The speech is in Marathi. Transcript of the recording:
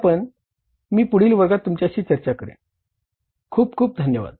ते मी पुढील वर्गात तुमच्याशी चर्चा करेन खूप खूप धन्यवाद